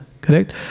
correct